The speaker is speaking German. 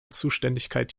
zuständigkeit